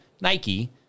Nike